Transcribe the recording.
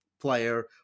Player